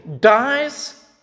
dies